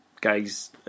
guys